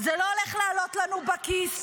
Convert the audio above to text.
זה לא הולך להעלות לנו בכיס.